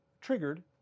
triggered